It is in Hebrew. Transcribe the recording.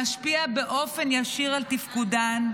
המשפיע באופן ישיר על תפקודן,